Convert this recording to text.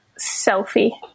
selfie